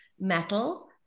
metal